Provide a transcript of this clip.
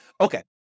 Okay